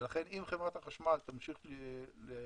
ולכן אם חברת החשמל תמשיך לצרוך